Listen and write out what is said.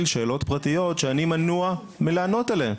שאלות פרטיות שאני מנוע מלענות עליהן.